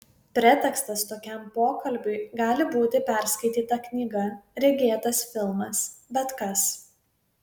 pretekstas tokiam pokalbiui gali būti perskaityta knyga regėtas filmas bet kas